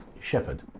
shepherd